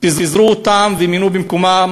פיזרו אותן ומינו במקומן